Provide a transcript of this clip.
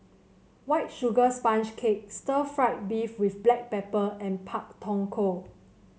White Sugar Sponge Cake Stir Fried Beef with Black Pepper and Pak Thong Ko